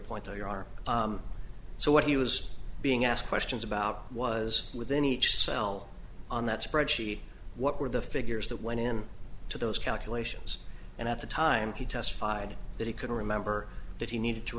point there are so what he was being asked questions about was within each cell on that spreadsheet what were the figures that went in to those calculations and at the time he testified that he could remember that he needed to